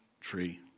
tree